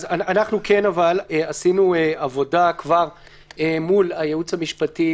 אבל אנחנו כן עשינו כבר עבודה מול הייעוץ המשפטי,